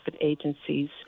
agencies